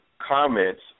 comments